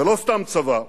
ולא סתם צבא,